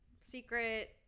Secret